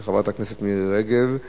של חברת הכנסת מירי רגב,